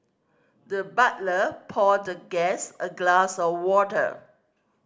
the butler poured the guest a glass of water